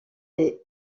des